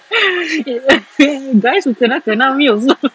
guys who kenal-kenal me also